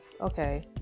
okay